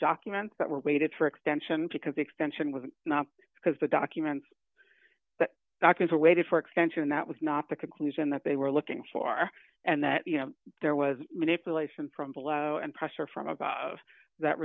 document that were waited for extension because the extension was not because the documents that doctors are waiting for expansion that was not the conclusion that they were looking for and that you know there was manipulation from below and pressure from above that